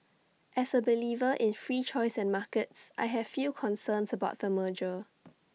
as A believer in free choice and markets I have few concerns about the merger